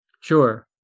Sure